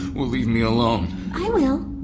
will leave me alone i will.